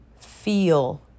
feel